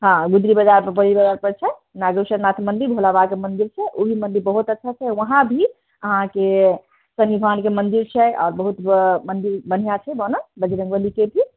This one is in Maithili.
हँ गुदरी बजारपर बड़ी बजारपर छै नागेश्वर नाथ मन्दिर भोला बाबाकेँ मन्दिर छै ओहि मन्दिर बहुत अच्छा छै वहाँ भी अहाँकेँ शनि भानके मन्दिर छै आ बहुत मन्दिर बढ़िआँ छै बनल बजरङ्गबलीके भी